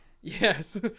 yes